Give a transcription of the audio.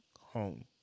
home